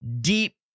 deep